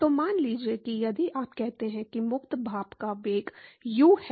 तो मान लीजिए कि यदि आप कहते हैं कि मुक्त भाप का वेग U है